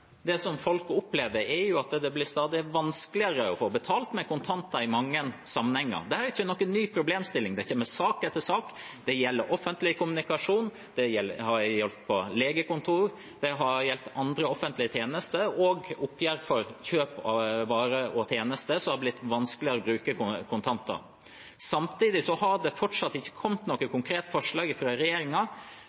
folk opplever, er at det blir stadig vanskeligere å få betalt med kontanter i mange sammenhenger. Det er ikke noen ny problemstilling, det kommer sak etter sak. Det gjelder offentlig kommunikasjon, det har gjeldt på legekontor, det har gjeldt andre offentlige tjenester, og for oppgjør for kjøp av varer og tjenester har det blitt vanskeligere å bruke kontanter. Samtidig har det fortsatt ikke kommet noe konkret forslag